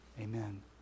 amen